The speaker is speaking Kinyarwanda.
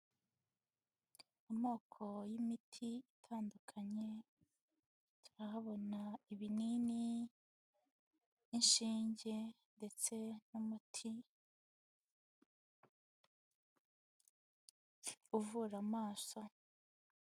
Amoko y'imiti itandukanye, turahabona ibinini, inshinge ndetse n'umuti uvura amaso.